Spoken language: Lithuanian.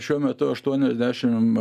šiuo metu aštuoniasdešim